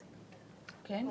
הבין-משרדית.